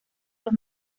los